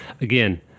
again